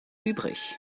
übrig